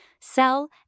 sell